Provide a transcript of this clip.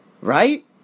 right